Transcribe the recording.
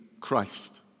Christ